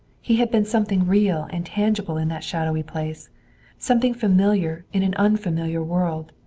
he had been something real and tangible in that shadowy place something familiar in an unfamiliar world.